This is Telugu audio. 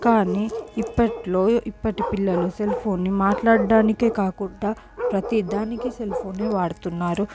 కానీ ఇప్పట్లో ఇప్పటి పిల్లలు సెల్ ఫోన్లు మాట్లాడడానికే కాకుండా ప్రతి దానికి సెల్ ఫోనే వాడుతున్నారు